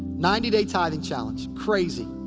ninety day tithing challenge. crazy.